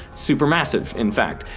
supermassive in fact.